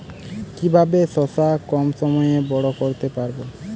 কিভাবে শশা কম সময়ে বড় করতে পারব?